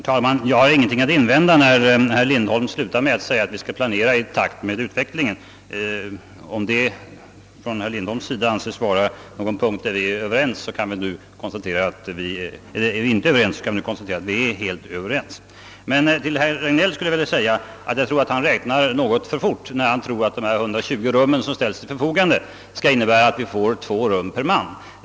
Herr talman! Jag har ingenting att invända mot vad herr Lindholm sade i slutet av sitt anförande, nämligen att vi skall planera i takt med utvecklingen. Vi är helt överens på den punkten. Till herr Regnéll skulle jag vilja säga, att jag tror att han räknar litet för fort, när han menar att de 120 rum som ställs till förfogande skulle innebära, att vi får två man per rum.